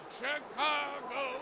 ¡Chicago